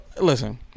Listen